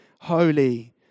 holy